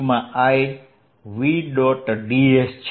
ds છે